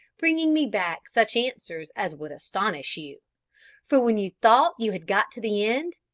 bringing me back such answers as would astonish you for when you thought you had got to the end,